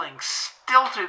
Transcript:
stilted